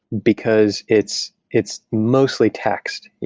because it's it's mostly text.